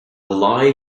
lie